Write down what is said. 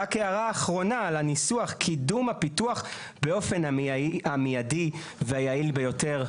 ורק הערה אחרונה על הניסוח: "קידום הפיתוח באופן המיידי והיעיל ביותר".